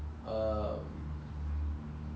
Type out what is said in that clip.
I think 那个那个 err